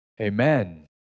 Amen